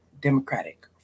democratic